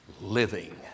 living